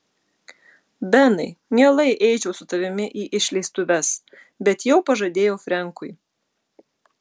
benai mielai eičiau su tavimi į išleistuves bet jau pažadėjau frenkui